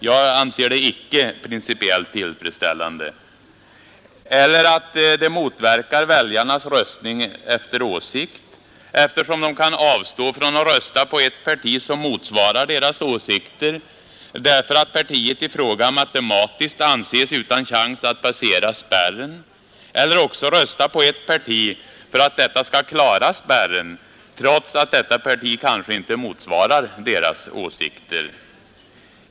Jag anser det icke principiellt tillfredsställande; det motverkar väljarnas röstning efter åsikt. De kan nämligen avstå från att rösta på ett parti som motsvarar deras åsikter, därför att partiet i fråga matematiskt anses utan chans att passera spärren, eller också rösta på ett parti för att detta parti skall klara spärren, trots att partiet inte motsvarar deras åsikter.